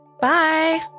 Bye